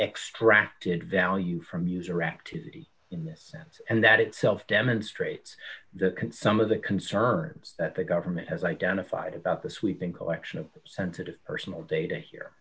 extracted value from user activity in this and that itself demonstrates the can some of the concerns that the government has identified about the sweeping collection of sensitive personal data here